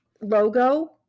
logo